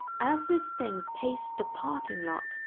as this thing paced the parking lot,